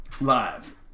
live